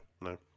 no